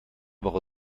woche